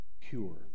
Cure